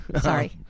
Sorry